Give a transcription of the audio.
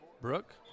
Brooke